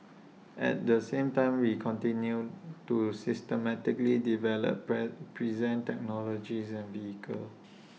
at the same time we continue to systematically develop present technologies and vehicles